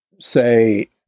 say